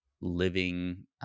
living